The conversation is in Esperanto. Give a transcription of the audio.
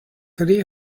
tri